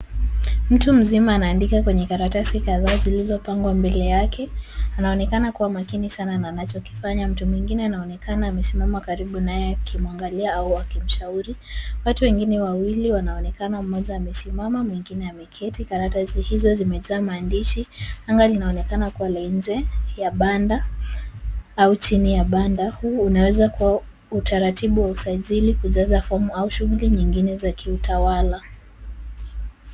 Mtu mzima anaandika kwenye karatasi kadhaa zilizopangwa mbele yake, anaonekana kuwa makini sana na anachokifanya. Mtu mwingine anaonekana amesimama karibu naye akimwangalia au akimshauri. Watu wengine wawili wanaonekana mmoja amesimama mwingine ameketi. Karatasi hizo zimejaa maandishi, anga linaonekana kuwa la nje ya banda au chini ya banda. Huu unaweza kuwa utaratibu wa usajili, kujaza fomu au shughuli nyingine za kiutawala.